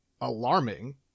alarming